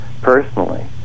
personally